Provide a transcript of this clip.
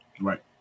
Right